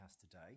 today